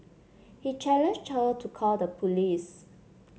he challenged her to call the police